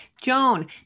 Joan